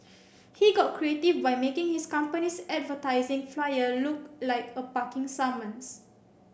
he got creative by making his company's advertising flyer look like a parking summons